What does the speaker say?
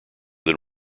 than